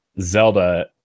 Zelda